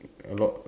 a lot